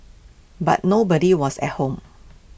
but nobody was at home